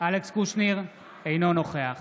אינו נוכח